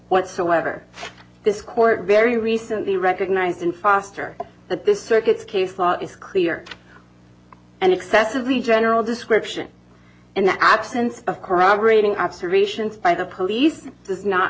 whatsoever this court very recently recognized in foster that this circuit's case law is clear and excessively general description in the absence of corroborating observations by the police does not